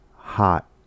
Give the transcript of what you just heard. hot